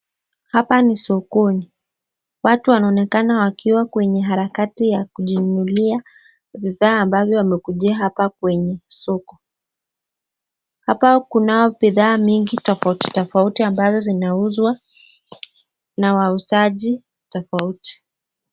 Hapa ni sokoni . Watu wanaonekana wakiwa kwenye harakati ya kujinunulia vifaa ambavyo wamekujia hapa kwenye soko . Hapa kunao bidhaa mingi tofauti ambazo zinauzwa na wauzaji tofauti .